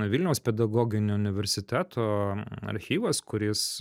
vilniaus pedagoginio universiteto archyvas kuris